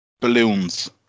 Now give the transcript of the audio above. balloons